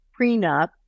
prenup